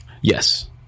Yes